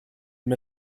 mir